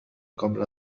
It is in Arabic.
قبل